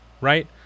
right